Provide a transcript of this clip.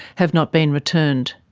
have not been returned.